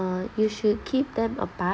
uh you should keep them apart